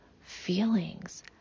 feelings